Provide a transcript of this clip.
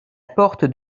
porte